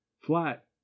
flat